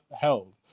held